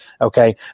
Okay